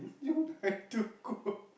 you don't have to cook